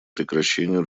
прекращению